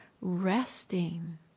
resting